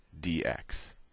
dx